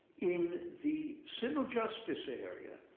in the civil justice area,